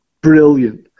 brilliant